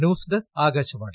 news desk Akashvani